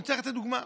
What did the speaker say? אני צריך לתת דוגמה: